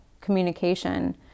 communication